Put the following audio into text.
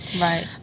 Right